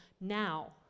now